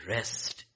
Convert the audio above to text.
Rest